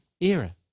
era